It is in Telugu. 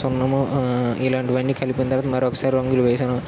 సున్నము ఇలాంటివన్నీ కలిపిన తర్వాత మరోసారి రంగులు వేశాను